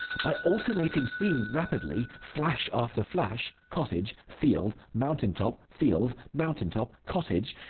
by alternating scenes rapidly, flash after flash cottage, field, mountain-top, field, mountain-top, cottage,